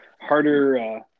harder